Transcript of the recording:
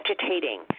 agitating